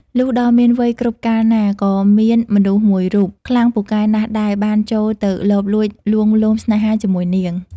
លុះដល់មានវ័យគ្រប់កាលណា ក៏មានមនុស្សមួយរូប ខ្លាំងពូកែណាស់ដែរ បានចូលទៅលបលួចលួងលោមស្នេហាជាមួយនាង។